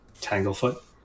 Tanglefoot